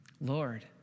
Lord